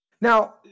Now